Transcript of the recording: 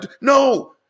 No